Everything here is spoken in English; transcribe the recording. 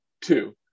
two